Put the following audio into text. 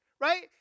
right